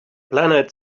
planet